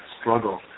struggle